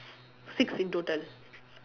six in total